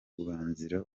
kubazanira